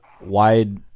wide